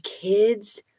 kids